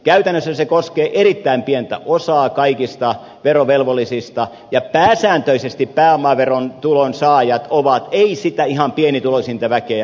käytännössä se koskee erittäin pientä osaa kaikista verovelvollisista ja pääsääntöisesti pääomaverotulon saajat ovat ei sitä ihan pienituloisinta väkeä